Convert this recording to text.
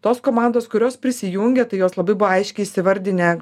tos komandos kurios prisijungė tai jos labai buvo aiškiai įsivardinę